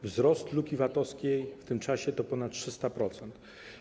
Wzrost luki VAT-owskiej w tym czasie to ponad 300%.